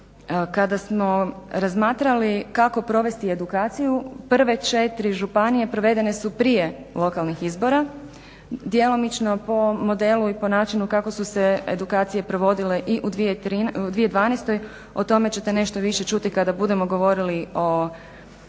Kada smo razmatrali kako provesti edukaciju prve četiri županije provedene su prije lokalnih izbora, djelomično po modelu i po načinu kako su se edukacije provodile i u 2012., o tome ćete nešto više čuti kada budemo govorili o